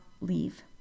leave